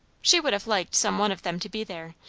she would have liked some one of them to be there,